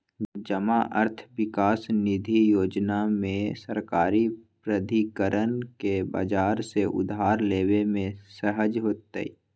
जमा अर्थ विकास निधि जोजना में सरकारी प्राधिकरण के बजार से उधार लेबे में सहज होतइ